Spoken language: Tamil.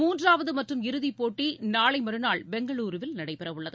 மூன்றாவது மற்றும் இறுதிப் போட்டி நாளை மறுநாள் பெங்களுருவில் நடைபெறவுள்ளது